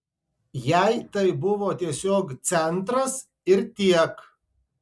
jai tai buvo tiesiog centras ir tiek